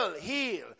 heal